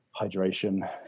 hydration